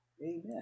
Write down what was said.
Amen